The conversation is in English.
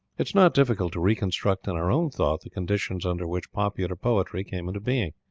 it is not difficult to reconstruct in our own thought the conditions under which popular poetry came into being,